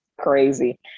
crazy